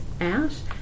out